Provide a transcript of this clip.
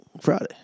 Friday